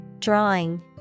Drawing